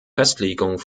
festlegung